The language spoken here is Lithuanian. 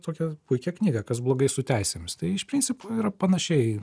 tokią puikią knygą kas blogai su teisėmis tai iš principo yra panašiai